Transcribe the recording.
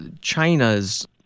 china's